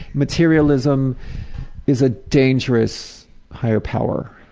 materialism is a dangerous higher power.